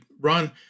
Ron